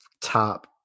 top